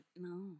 No